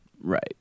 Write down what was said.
Right